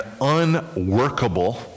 unworkable